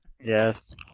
Yes